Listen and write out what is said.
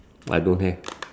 I don't have